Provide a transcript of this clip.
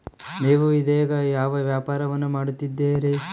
ನೇವು ಇದೇಗ ಯಾವ ವ್ಯಾಪಾರವನ್ನು ಮಾಡುತ್ತಿದ್ದೇರಿ?